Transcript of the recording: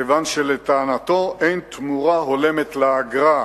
כיוון שלטענתו אין תמורה הולמת לאגרה,